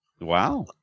Wow